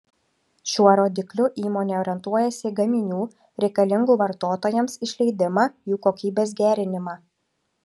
šiuo rodikliu įmonė orientuojasi į gaminių reikalingų vartotojams išleidimą jų kokybės gerinimą